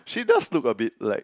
she does look a bit like